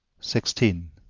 sixteen.